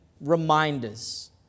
reminders